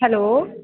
hello